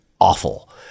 awful